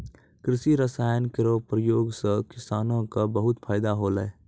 कृषि रसायन केरो प्रयोग सँ किसानो क बहुत फैदा होलै